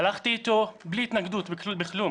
הלכתי איתו בלי התנגדות ובלי כלום.